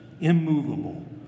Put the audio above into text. immovable